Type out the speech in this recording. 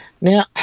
Now